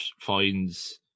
finds